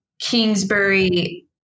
Kingsbury